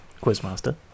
Quizmaster